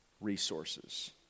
resources